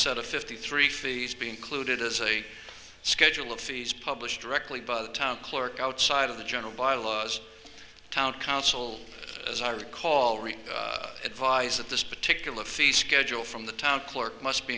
sort of fifty three fees be included as a schedule of fees published directly by the town clerk outside of the general bylaws town council as i recall reading advice at this particular fee schedule from the town clerk must be